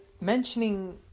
mentioning